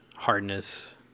Hardness